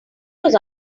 was